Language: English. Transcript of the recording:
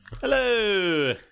Hello